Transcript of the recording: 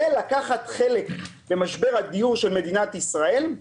זה לקחת חלק במשבר הדיור של מדינת ישראל.